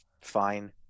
fine